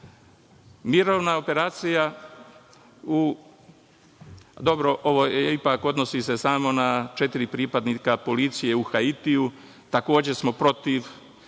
Mirovna operacija u, dobro, ovo se ipak odnosi samo na četiri pripadnika policije, u Haitiju, takođe smo protiv